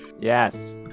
Yes